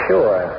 Sure